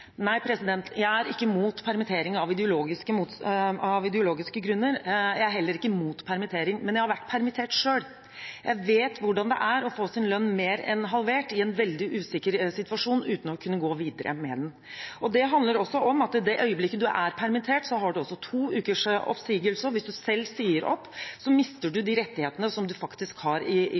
Nei, jeg er ikke mot permittering av ideologiske grunner, jeg er heller ikke mot permittering. Men jeg har vært permittert selv. Jeg vet hvordan det er å få sin lønn mer enn halvert i en veldig usikker situasjon uten å kunne gå videre med den. Det handler også om at i det øyeblikket man er permittert, har man to ukers oppsigelse. Og hvis man selv sier opp, mister man de rettighetene som man faktisk har i kontrakt, så man kan ikke gå videre i